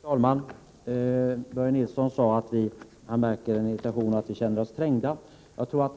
Fru talman! Börje Nilsson sade att han märker en irritation hos oss och att vi känner oss trängda.